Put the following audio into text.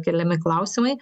keliami klausimai